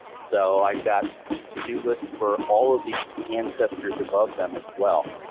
so i got to-do lists for all of the ancestors above them, as well.